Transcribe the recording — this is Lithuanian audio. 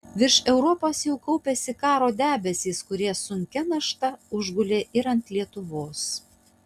virš europos jau kaupėsi karo debesys kurie sunkia našta užgulė ir ant lietuvos